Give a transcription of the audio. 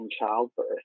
childbirth